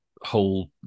whole